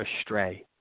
astray